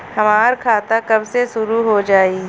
हमार खाता कब से शूरू हो जाई?